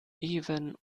even